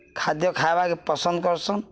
ଖାଦ୍ୟ ଖାଏବାକେ ପସନ୍ଦ୍ କର୍ସନ୍